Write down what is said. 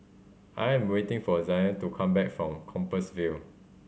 I am waiting for Zayne to come back from Compassvale